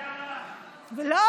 זה מפריע לך?